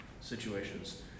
situations